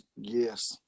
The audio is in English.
Yes